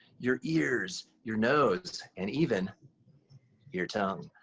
your ears, your nose, and even your tongue.